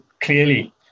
clearly